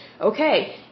Okay